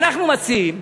אנחנו מציעים